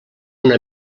una